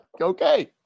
Okay